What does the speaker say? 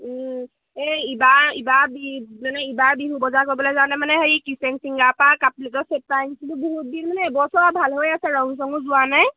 এই ইবাৰ ইবাৰ বি মানে ইবাৰ বিহু বজাৰ কৰিবলে যাওঁে মানে হেৰি কিচেন চিঙাৰ পাৰ কাপ্লিতৰ চেট পাইন কিন্তু বহুত দিন মানে এবছৰ ভাল হৈ আছে ৰং চঙো যোৱা নাই